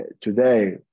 today